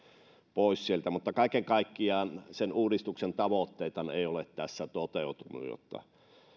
pois kaiken kaikkiaan uudistuksen tavoitteet eivät ole tässä toteutuneet